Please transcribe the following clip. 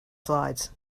slides